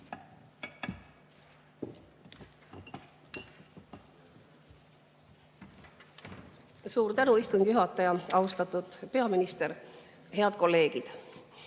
Suur tänu, istungi juhataja! Austatud peaminister! Head kolleegid!